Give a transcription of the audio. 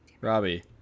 Robbie